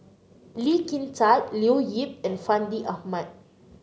Lee Kin Tat Leo Yip and Fandi Ahmad